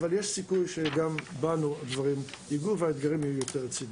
אבל יש סיכוי שגם בנו הדברים יגעו והאתגרים יהיו יותר רציניים.